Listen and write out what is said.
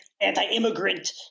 anti-immigrant